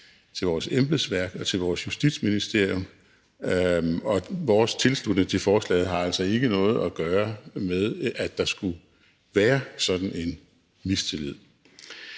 til vores embedsværk og til vores Justitsministerium, og vores tilslutning til forslaget har altså ikke noget at gøre med, at der skulle være sådan en mistillid.